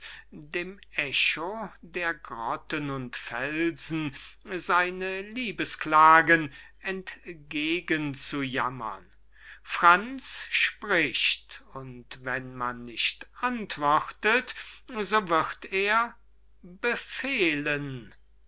dem echo der grotten und felsen seine liebesklagen entgegen zu jammern franz spricht und wenn man nicht antwortet so wird er befehlen